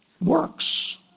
works